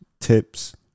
tips